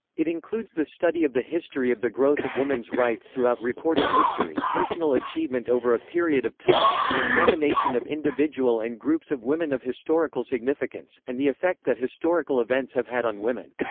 it includes the study of the history of the growth of woman's rights throughout recorded history, personal achievement over a period of time, the examination of individual and groups of women of historical significance, and the effect that historical events have had on women.